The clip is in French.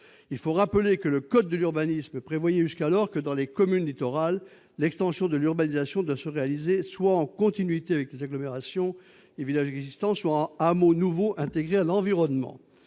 en la matière. Le code de l'urbanisme prévoit jusqu'à présent que, dans les communes littorales, l'extension de l'urbanisation doit se réaliser soit en continuité avec les agglomérations et villages existants, soit en hameaux nouveaux intégrés à l'environnement.